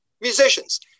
Musicians